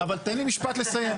אבל תן לי משפט לסיים.